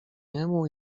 niemu